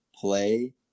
play